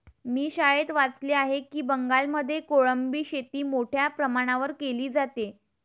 मी शाळेत वाचले आहे की बंगालमध्ये कोळंबी शेती मोठ्या प्रमाणावर केली जाते